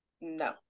no